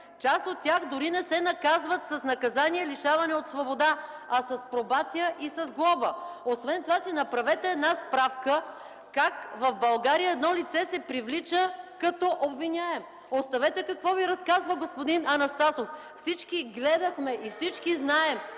Част от тях дори не се наказват с наказание лишаване от свобода, а с пробация и с глоба. Освен това си направете една справка как в България едно лице се привлича като обвиняем. Оставете какво Ви разказва господин Анастасов. Всички виждаме и знаем